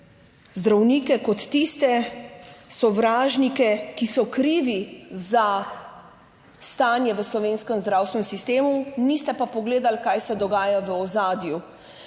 zdravnike kot tiste sovražnike, ki so krivi za stanje v slovenskem zdravstvenem sistemu, niste pa pogledali, kaj se dogaja v ozadju.